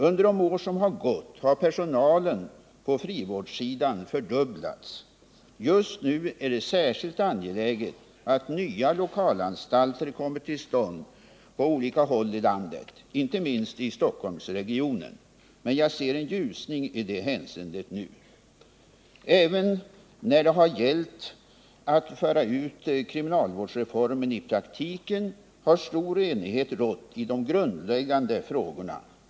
Under de år som har gått har personalen på frivårdssidan fördubblats. Just nu är det särskilt angeläget att nya lokalanstalter kommer till stånd på olika håll i landet, inte minst i Stockholmsregionen. Men jag ser en ljusning i det hänseendet nu. Även när det har gällt att föra ut kriminalvårdsreformen i praktiken har stor enighet rått i de grundläggande frågorna.